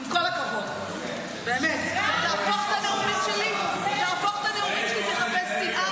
חבר הכנסת מתן כהנא,